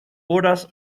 horas